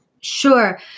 Sure